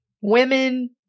women